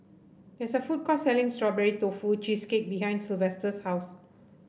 there is a food court selling Strawberry Tofu Cheesecake behind Silvester's house